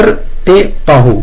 तर ते पाहू